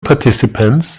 participants